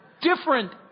different